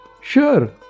Sure